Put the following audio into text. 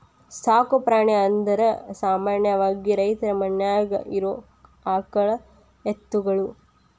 ಸಾಕು ಪ್ರಾಣಿ ಅಂದರ ಸಾಮಾನ್ಯವಾಗಿ ರೈತರ ಮನ್ಯಾಗ ಇರು ಆಕಳ ಎತ್ತುಗಳು